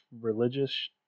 religious